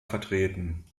vertreten